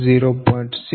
62 12